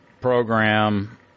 program